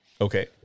Okay